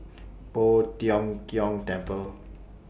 Poh Tiong Kiong Temple